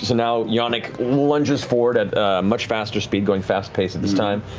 now jannik lunges forward at a much faster speed going fast paced at this time.